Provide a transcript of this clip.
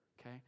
okay